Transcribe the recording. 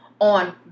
on